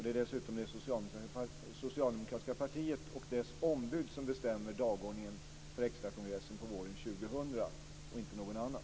Det är dessutom det socialdemokratiska partiet och dess ombud som bestämmer dagordningen för extrakongressen på våren 2000, inte någon annan.